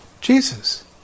Jesus